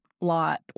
lot